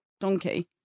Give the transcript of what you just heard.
donkey